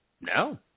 No